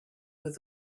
with